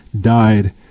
died